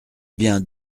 bien